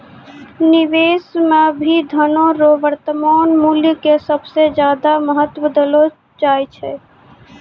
निवेश मे भी धनो रो वर्तमान मूल्य के सबसे ज्यादा महत्व देलो जाय छै